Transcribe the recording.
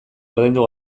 ordaindu